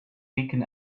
beacon